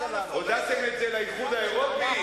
הודעתם את זה לאיחוד האירופי?